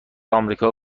آمریکا